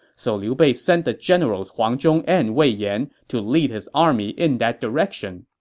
so liu bei sent the generals huang zhong and wei yan to lead his army in that direction.